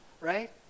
right